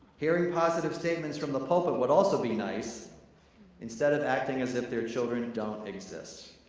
hearing positive statements from the pulpit would also be nice instead of acting as if their children and don't exist.